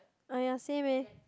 uh ya same eh